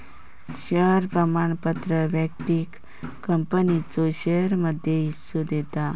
share प्रमाणपत्र व्यक्तिक कंपनीच्या शेयरमध्ये हिस्सो देता